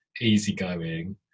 easygoing